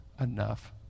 enough